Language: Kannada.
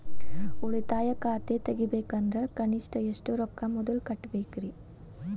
ಉಳಿತಾಯ ಖಾತೆ ತೆಗಿಬೇಕಂದ್ರ ಕನಿಷ್ಟ ಎಷ್ಟು ರೊಕ್ಕ ಮೊದಲ ಕಟ್ಟಬೇಕ್ರಿ?